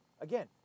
Again